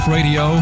Radio